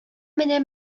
менә